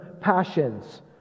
passions